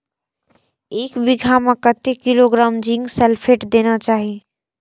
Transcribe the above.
एक बिघा में कतेक किलोग्राम जिंक सल्फेट देना चाही?